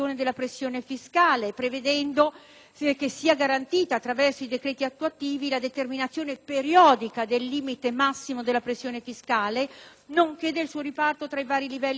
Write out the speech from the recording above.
prevedendo che sia garantita, attraverso i decreti attuativi, la determinazione periodica del limite massimo della pressione fiscale, nonché del suo riparto tra i vari livelli di governo.